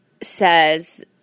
says